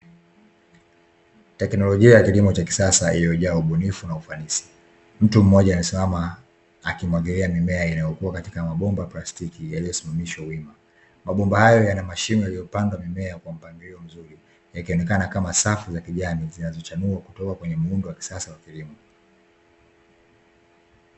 Teknolojia ya kilimo cha kisasa iliyojaa ubunifu na ufanisi. Mtu mmoja amesimama akimwagilia mimea inayokua katika mabomba plastiki yaliosimamishwa wima. Mabomba hayo yana mashimo yaliyopandwa mimea kwa mpangilio mzuri, ikionekana kama safu za kijani zinazochanua kutoka kwenye muundo wa kisasa.